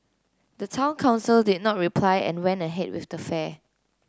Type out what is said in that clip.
the town council did not reply and went ahead with the fair